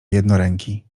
jednoręki